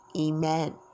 Amen